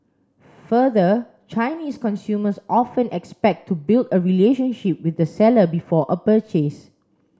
further Chinese consumers often expect to build a relationship with the seller before a purchase